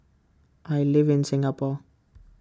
I live in Singapore